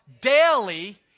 daily